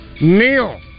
Neil